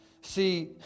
See